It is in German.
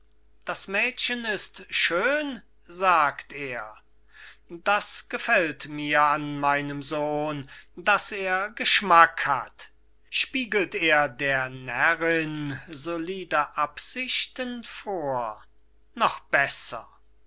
das mädchen ist schön sagt er das gefällt mir an meinem sohn daß er geschmack hat spiegelt er der närrin solide absichten vor noch besser so